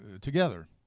together